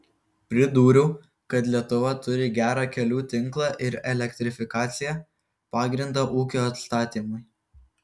pridūriau kad lietuva turi gerą kelių tinklą ir elektrifikaciją pagrindą ūkio atstatymui